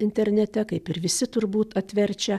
internete kaip ir visi turbūt atverčia